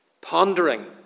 Pondering